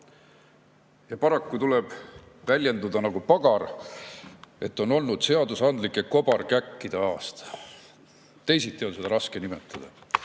Paraku tuleb väljenduda nagu pagar, et on olnud seadusandlike kobarkäkkide aasta. Teisiti on seda raske nimetada.